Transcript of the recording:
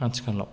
आथिखालाव